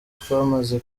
twamaze